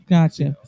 Gotcha